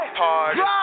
party